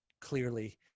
clearly